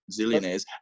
zillionaires